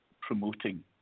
promoting